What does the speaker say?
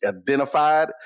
identified